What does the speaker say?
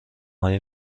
های